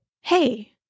hey